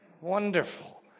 Wonderful